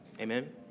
Amen